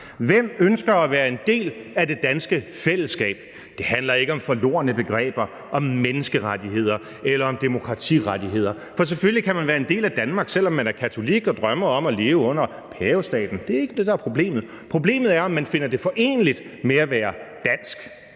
Hvem ønsker at være en del af det danske fællesskab? Det handler ikke om forlorne begreber som menneskerettigheder eller demokratirettigheder. For selvfølgelig kan man være en del af Danmark, selv om man er katolik og drømmer om at leve under pavestaten. Det er ikke det, der er problemet. Problemet er jo, om man finder det foreneligt med at være dansk.